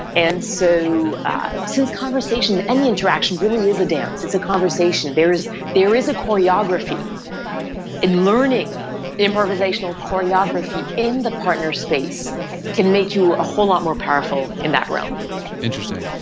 and so since conversation any interaction really is a dance, it's a conversation. there is there is a choreography in learning improvisational choreography in the partner's space can make you a whole lot more powerful in that realm interesting.